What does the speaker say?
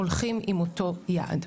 הולכים עם אותו יעד.